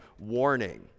warning